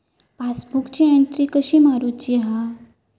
पासबुकाची एन्ट्री कशी मारुची हा?